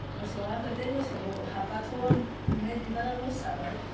मोसौआ होदो मोसौ हाबबाथ' नोंनि बिबारा लस जाबाय